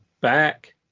back